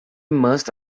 must